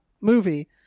movie